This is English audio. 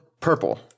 purple